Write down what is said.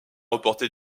reporter